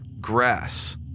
grass